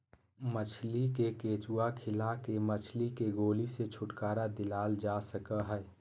मछली के केंचुआ खिला के मछली के गोली से छुटकारा दिलाल जा सकई हई